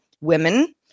women